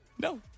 No